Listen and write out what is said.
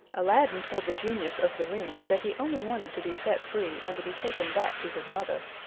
aladdin told the genius of the ring that he only wanted to be set free, and to be taken back to his mother.